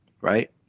right